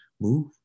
move